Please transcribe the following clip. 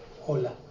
Hola